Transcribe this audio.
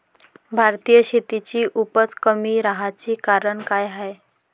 भारतीय शेतीची उपज कमी राहाची कारन का हाय?